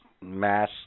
mass